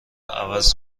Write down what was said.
عوض